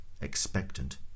expectant